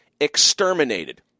exterminated